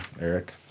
Eric